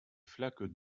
flaques